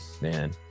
man